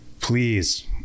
Please